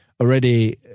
already